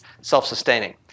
self-sustaining